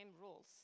rules